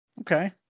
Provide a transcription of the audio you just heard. Okay